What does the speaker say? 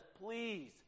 Please